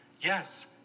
Yes